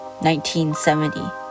1970